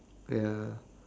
ya